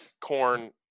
corn